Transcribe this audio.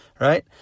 right